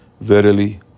Verily